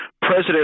president